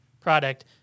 product